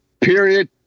Period